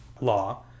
law